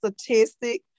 statistic